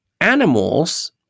animals